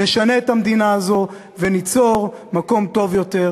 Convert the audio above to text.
נשנה את המדינה הזו וניצור מקום טוב יותר,